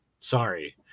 sorry